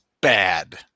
bad